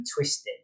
twisted